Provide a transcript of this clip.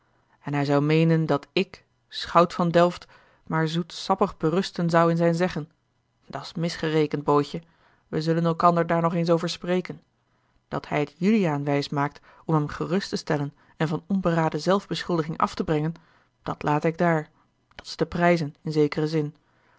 en hij zou meenen dat ik schout van delft maar zoetsappig berusten zou in zijn zeggen dat's misgerekend bootje wij zullen elkander daar nog eens over spreken dat hij het juliaan wijs maakt om hem gerust te stellen en van onberaden zelf beschuldiging af te brengen dat late ik daar dat is te prijzen in zekeren zin